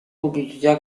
pubblicità